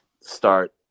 start